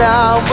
Now